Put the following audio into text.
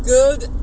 good